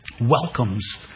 welcomes